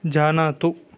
जानातु